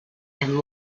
and